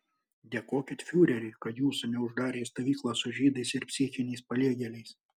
dėkokit fiureriui kad jūsų neuždarė į stovyklą su žydais ir psichiniais paliegėliais